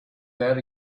that